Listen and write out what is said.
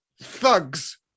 Thugs